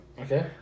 Okay